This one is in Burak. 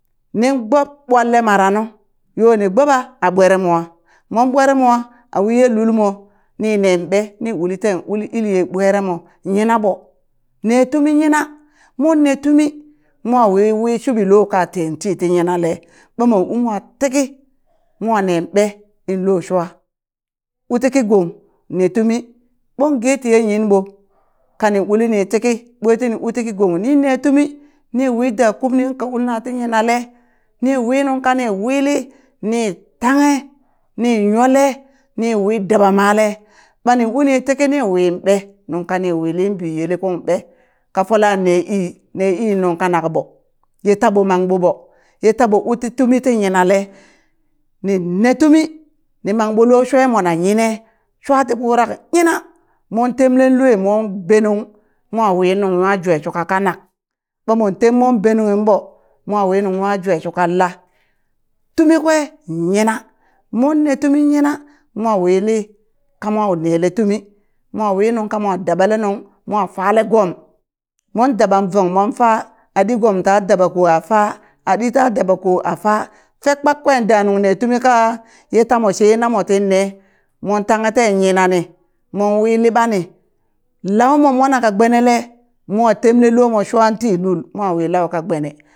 Nin gbob mwale mara nu yoni gboba a ɓweremwa mon ɓweremwa awi ye lulmo nin neen ɓe? ni uli ten ilye ɓweremo yina ɓo, ne tumi yini mon ne tumi mo wi wi shuɓilo kaa teen tii ti yinale ɓa mon umwan tiki mwa nen ɓe? in lo shwa? u tiki gong ne tumi ɓon ge tiye yinɓo kanin ulini tiki ɓwe tini u tiki gong nin ne tumi ni wi da kubni kung ka ulna ti yinale ni wi nungka ni wili ni tanghe ni nyole ni wi daɓa male, ɓani uni tiki ni win ɓe? nungkani wilin biyele kung ɓe? ka fola ne ii ne ii nung kanak ɓo ye taɓo mangɓo ɓo ye taɓo uti ti tumi ti nyinale ni ne! tumi ni mangɓo lo shue mone yine shwati ɓurak yina mon temlen lue mon benung mo wi nung nwa jwe shuka kanak ɓa mon tem mon be nunghi ɓo, mo wi nung nwa jwe shukan la? tumi kwe nyina, mone tumi yina mo wili kamo nele tumi mo wi nungka mo daɓale nung mo wi mo fale gom, mon daban vong mon fa, aɗi gom ta dabaka a fa aɗi ta dabako a fa fek kpakkwe da nung ne tumi ka ye tamo she namo tin nee mon tanghe ten nyinani mon wi liɓa ni laumo mwana ka gbenele mwan temle lomo shua tin lul mo wi lauka gbene